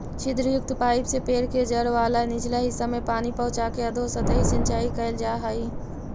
छिद्रयुक्त पाइप से पेड़ के जड़ वाला निचला हिस्सा में पानी पहुँचाके अधोसतही सिंचाई कैल जा हइ